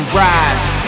rise